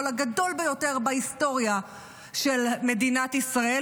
הגדול ביותר בהיסטוריה של מדינת ישראל,